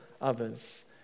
others